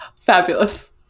fabulous